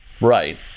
Right